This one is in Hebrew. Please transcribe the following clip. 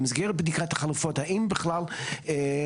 במסגרת בדיקת החלופות האם בכלל נבחן